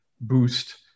boost